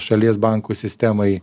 šalies bankų sistemai